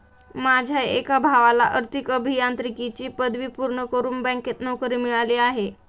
माझ्या एका भावाला आर्थिक अभियांत्रिकीची पदवी पूर्ण करून बँकेत नोकरी मिळाली आहे